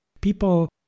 People